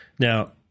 Now